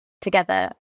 together